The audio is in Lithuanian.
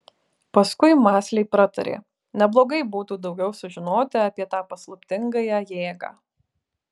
paskui mąsliai pratarė neblogai būtų daugiau sužinoti apie tą paslaptingąją jėgą